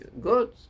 good